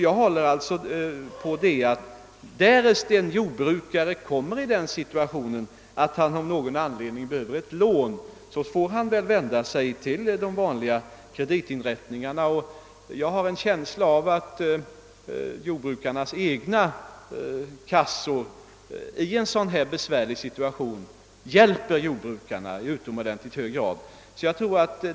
Jag anser alltså att därest en jordbrukare kommer i den situationen att han behöver ett lån får han vända sig till de vanliga kreditinrättningarna. Och jag har en känsla av att jordbrukarnas egna kassor i en besvärande situation i utomordentligt hög grad hjälper jordbrukarna.